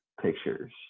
pictures